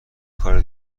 کار